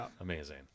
Amazing